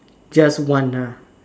just one nah